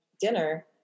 dinner